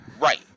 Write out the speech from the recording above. Right